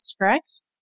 correct